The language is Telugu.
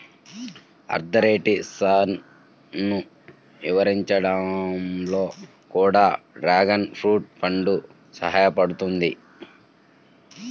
ఆర్థరైటిసన్ను నివారించడంలో కూడా డ్రాగన్ ఫ్రూట్ పండు సహాయపడుతుంది